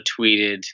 tweeted